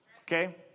Okay